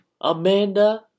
Amanda